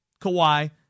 Kawhi